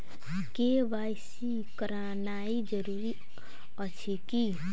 KYC करानाइ जरूरी अछि की?